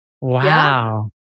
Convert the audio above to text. Wow